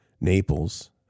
Naples